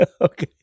Okay